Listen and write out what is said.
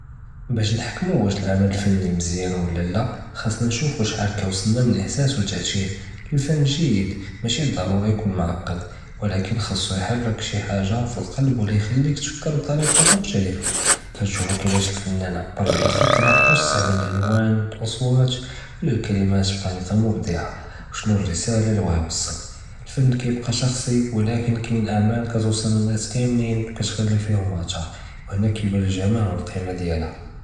באש נהכמו ואש אלעמל אלפני מיזיין ו לא לא חאסנא נשوفו שכן קיועסלנא מאלאהساس ו אלתא'תיר, אלפן ג'יד משי בבדרש יכון מעקד ולקין חאסו יהרק שי חאגה פאלקלב ולא יחליך תפקר בטאריקה מוכתליפה כנשופו כיפאש אלפאנן ייעבר על אלפקרה ו יסתעמל אלאלות אלרסומות ו לא אלכלמאת בטאריקה מובדעה ו שנו אלרסאלה לי בגא יוסל אלפן כיבקא שרסיא ולקין קיין אעמאל קטוסל לנס כלם כתחלי פייהם אתר ו הנה קיבאן אלג'מאל ו אלקימה דיעלהא.